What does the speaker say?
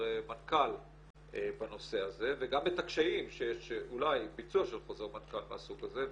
מנכ"ל בנושא הזה וגם את הקשיים של אולי ביצוע של חוזר מנכ"ל מהסוג הזה.